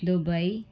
Dubai